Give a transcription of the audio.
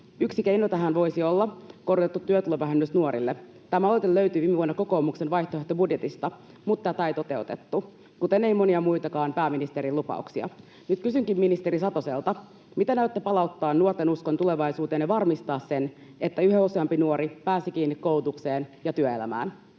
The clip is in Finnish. Yksi keino tähän voisi olla korotettu työtulovähennys nuorille. Tämä aloite löytyi viime vuonna kokoomuksen vaihtoehtobudjetista, mutta tätä ei toteutettu, kuten ei monia muitakaan pääministerin lupauksia. Nyt kysynkin ministeri Satoselta: miten aiotte palauttaa nuorten uskon tulevaisuuteen ja varmistaa sen, että yhä useampi nuori pääsisi kiinni koulutukseen ja työelämään?